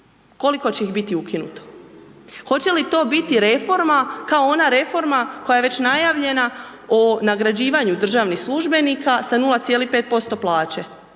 Koliko će ih biti ukinuto? Hoće li to biti reforma kao ona reforma koja je već najavljena o nagrađivanju državnih službenika sa 0,5% plaće,